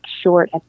short